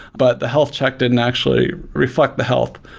but the health check didn't actually reflect the health.